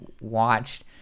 watched